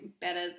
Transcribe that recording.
better